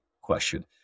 question